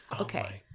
Okay